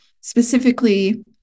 specifically